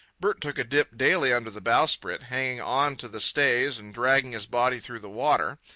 bert took a dip daily under the bowsprit, hanging on to the stays and dragging his body through the water.